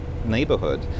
neighborhood